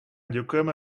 děkujeme